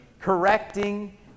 correcting